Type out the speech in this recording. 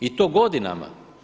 I to godinama.